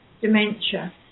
dementia